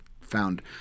found